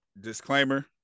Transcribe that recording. Disclaimer